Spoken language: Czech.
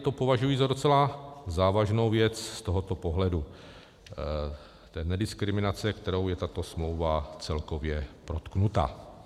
To považuji za docela závažnou věc z tohoto pohledu té nediskriminace, kterou je tato smlouva celkově protknuta.